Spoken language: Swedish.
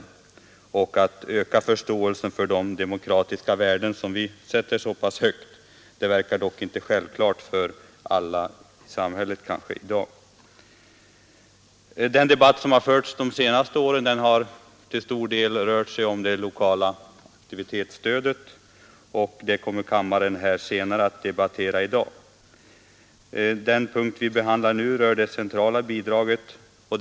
Vidare är det viktigt att öka förståelsen för de demokratiska värden som vi sätter så högt. Detta verkar dock inte vara helt självklart för alla i samhället i dag. Den debatt som har förts under de senaste åren om samhällets stöd till — Nr 56 ungdomsorganisationerna har till stor del rört sig om det lokala Torsdagen den aktivitetsstödet, vilket kammaren kommer att debattera senare i dag. Den 29 mars 1973 punkt vi nu behandlar rör bidrag till den centrala verksamheten.